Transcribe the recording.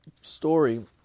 story